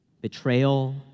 Betrayal